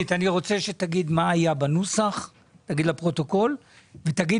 אני רוצה שתגיד לפרוטוקול מה היה בנוסח ותגיד